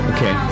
Okay